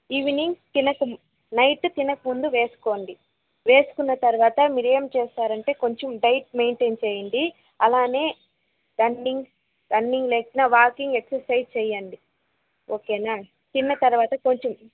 evening తినక night తినకముందు వేసుకోండి వేసుకున్న తర్వాత మీరు ఏం చేస్తారంటే కొంచం డైట్ మెయింటైన్ చేయండి అలానే రన్నింగ్ రన్నింగ్ లేక్న వాకింగ్ ఎక్సరసైజ్ చెయ్యండి ఓకేనా తిన్న తర్వాత కొంచెం